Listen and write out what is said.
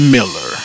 Miller